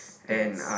yes